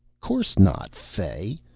course not, fay.